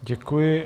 Děkuji.